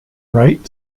right